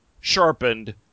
sharpened